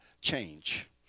change